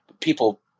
people